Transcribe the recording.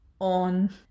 on